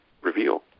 reveal